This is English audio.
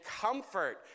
comfort